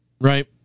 Right